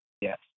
Yes